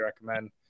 recommend